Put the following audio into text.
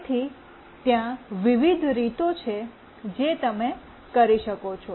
તેથી ત્યાં વિવિધ રીતો છે જે તમે કરી શકો છો